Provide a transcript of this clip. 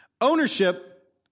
Ownership